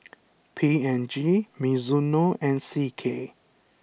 P N G Mizuno and C K